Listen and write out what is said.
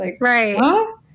Right